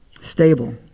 stable